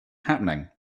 happening